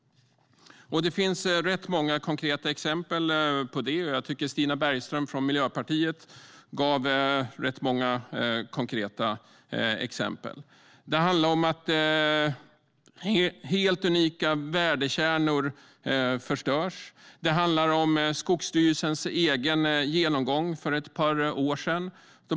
Det finns rätt många konkreta exempel på det. Jag tycker att Stina Bergström från Miljöpartiet gav många konkreta exempel. Det handlar om att helt unika värdekärnor förstörs och om Skogsstyrelsens egen genomgång för ett par år sedan.